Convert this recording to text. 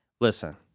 listen